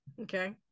Okay